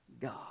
God